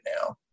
now